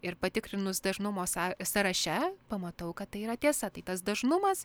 ir patikrinus dažnumo są sąraše pamatau kad tai yra tiesa tai tas dažnumas